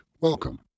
welcome